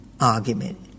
argument